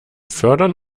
fördern